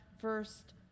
first